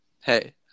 hey